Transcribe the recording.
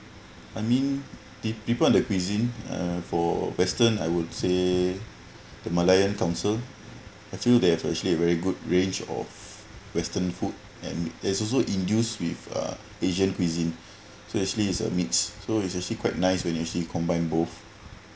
I mean the people on the cuisine uh for western I would say the malayan council I feel that they have actually very good range of western food and it's also induce with uh asian cuisine so actually is a mix so it's actually quite nice when you usually combine both